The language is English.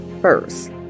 first